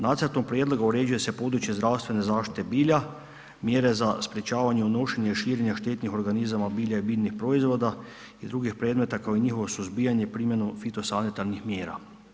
Nacrtom prijedloga uređuje se područja zdravstvene zaštite bilja, mjere za sprečavanje, unošenje i širenja štetnih organizama, bilja i biljnih proizvoda i drugih predmeta, kao i njihovo suzbijanje primjenom fitosanitarnih mjera.